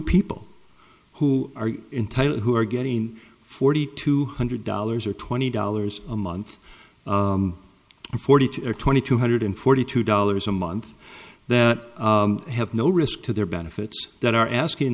people who are entitled who are getting forty two hundred dollars or twenty dollars a month and forty two or twenty two hundred forty two dollars a month that have no risk to their benefits that are asking